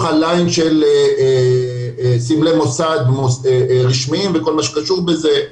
הליין של סמלי מוסד רשמיים וכל מה שקשור בזה,